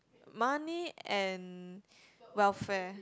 money and welfare